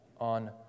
on